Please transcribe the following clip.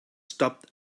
stopped